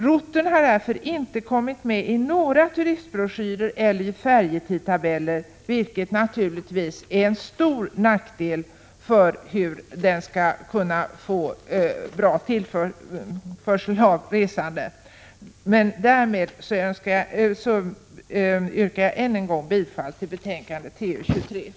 Rutten har därför inte skrivits in i några turistbroschyrer eller färjetidtabeller, vilket naturligtvis är till stor nackdel för tillströmningen av resande. Jag yrkar bifall till utskottets hemställan.